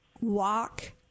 walk